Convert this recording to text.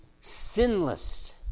sinless